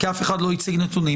כי אף אחד לא הציג נתונים